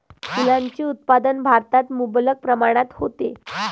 फुलांचे उत्पादन भारतात मुबलक प्रमाणात होते